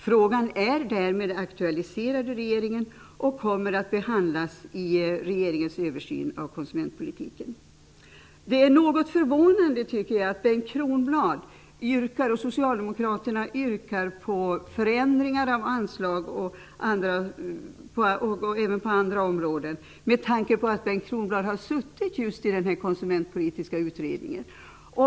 Frågan är därmed aktualiserad i regeringen och kommer att behandlas i regeringens översyn av konsumentpolitiken. Det är något förvånande, tycker jag, att Bengt Kronblad och Socialdemokraterna yrkar på förändringar av anslag och även på andra områden med tanke på att Bengt Kronblad har suttit med i just den konsumentpolitiska utredningen.